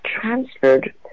transferred